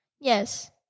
Yes